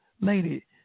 lady